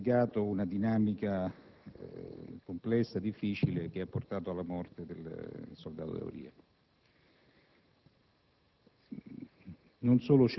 ha spiegato una dinamica complessa, difficile, che ha portato alla morte del soldato D'Auria.